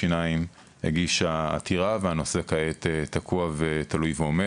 השיניים הגישה עתירה והנושא כעת תקוע ותלוי ועומד.